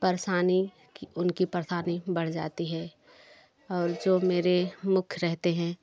परेशानी उनकी परेशानी बढ़ जाती है और जो मेरे मुख्य रहते है